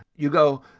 you go,